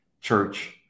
church